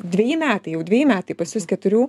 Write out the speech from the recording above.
dveji metai jau dveji metai pas jus keturių